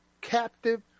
captive